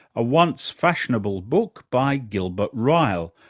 ah once-fashionable book by gilbert ryle,